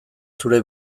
zure